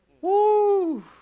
Woo